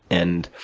and